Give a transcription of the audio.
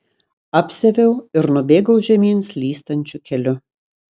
apsiaviau ir nubėgau žemyn slystančiu keliu